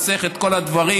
חוסך את כל הדברים,